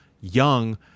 young